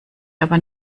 aber